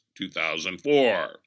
2004